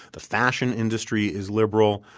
the fashion industry is liberal.